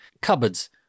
cupboards